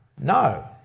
No